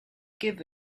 give